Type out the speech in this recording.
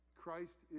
Christ